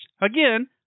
Again